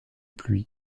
pluies